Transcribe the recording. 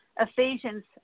Ephesians